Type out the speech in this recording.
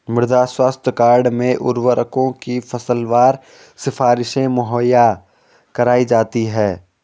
मृदा स्वास्थ्य कार्ड में उर्वरकों की फसलवार सिफारिशें मुहैया कराई जाती है